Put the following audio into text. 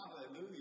Hallelujah